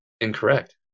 incorrect